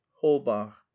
holbach